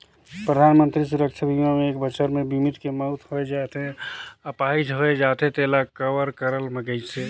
परधानमंतरी सुरक्छा बीमा मे एक बछर मे बीमित के मउत होय जाथे य आपाहिज होए जाथे तेला कवर करल गइसे